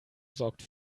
sorgt